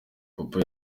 papa